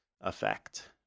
effect